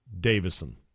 Davison